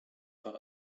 par